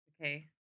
okay